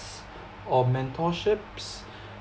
or mentorships